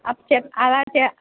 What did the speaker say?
up చెప్ అలాచే